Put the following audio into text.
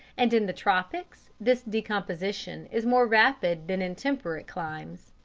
and in the tropics this decomposition is more rapid than in temperate climes.